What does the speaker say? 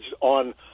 on